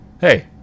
Hey